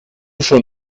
schon